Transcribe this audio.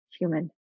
human